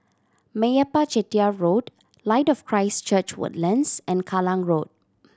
Meyappa Chettiar Road Light of Christ Church Woodlands and Kallang Road